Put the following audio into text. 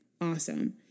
awesome